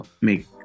make